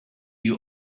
you